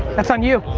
that's on you.